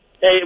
Hey